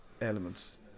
elements